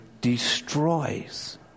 destroys